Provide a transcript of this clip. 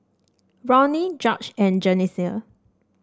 Ronny George and Jessenia